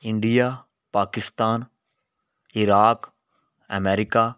India Pakistan Iraq America